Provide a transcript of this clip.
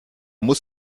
muss